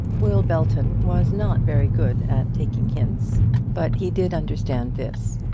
will belton was not very good at taking hints but he did understand this,